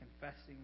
confessing